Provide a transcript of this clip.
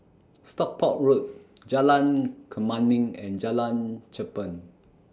Stockport Road Jalan Kemuning and Jalan Cherpen